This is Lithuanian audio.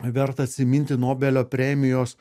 verta atsiminti nobelio premijos